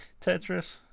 tetris